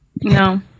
No